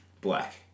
Black